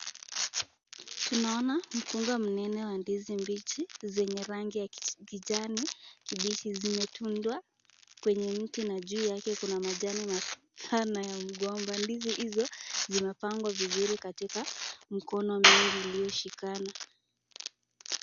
Tunaona mkunga mnene wa ndizi mbichi zenye rangi ya kijani kibichi zimetundwa kwenye mti na juu yake kuna majani mapana ya mgomba, ndizi hizo zimepangwa vizuri katika mkono mingi iliyoshikana.